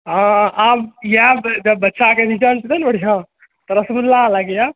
आब यऽजब बच्चाके रिजल्ट एतै ने बढ़िआँ तऽ रसगुल्ला लएके आएब